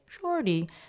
shorty